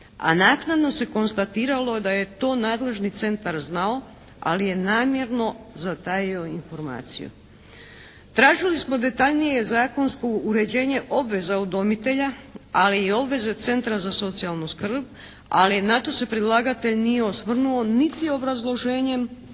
a naknadno se konstatiralo da je to nadležni centar znao ali je namjerno zatajio informaciju. Tražili smo detaljnije zakonsko uređenje obveza udomitelja ali i obveze centra za socijalnu skrb, ali na to se predlagatelj nije osvrnuo niti obrazloženjem